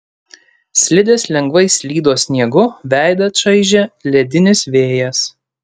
slidės lengvai slydo sniegu veidą čaižė ledinis vėjas